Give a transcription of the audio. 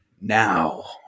Now